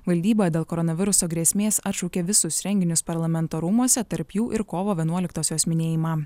valdyba dėl koronaviruso grėsmės atšaukė visus renginius parlamento rūmuose tarp jų ir kovo vienuoliktosios minėjimą